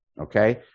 Okay